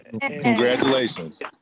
Congratulations